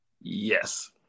Yes